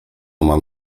mam